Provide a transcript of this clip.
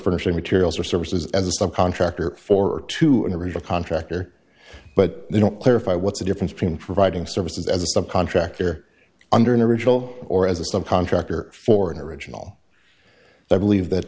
furnishing materials or services as a subcontractor for or to a real contractor but they don't clarify what's the difference between providing services as a subcontractor under the regional or as a subcontractor for an original i believe that